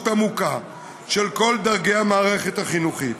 עמוקה של כל דרגי המערכת החינוכית.